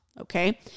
okay